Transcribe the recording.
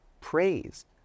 praised